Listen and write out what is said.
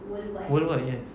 worldwide yes